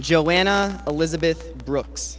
joanna elizabeth brooks